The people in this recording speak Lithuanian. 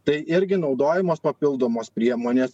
tai irgi naudojamos papildomos priemonės